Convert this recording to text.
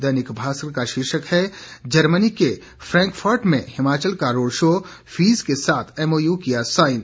दैनिक भास्कर का शीर्षक है जर्मनी के फैंकफर्ट में हिमाचल का रोड शो फिज के साथ एमओयू किया साइन